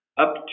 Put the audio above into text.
Up